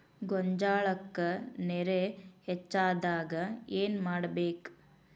ಗೊಂಜಾಳಕ್ಕ ನೇರ ಹೆಚ್ಚಾದಾಗ ಏನ್ ಮಾಡಬೇಕ್?